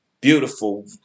Beautiful